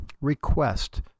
request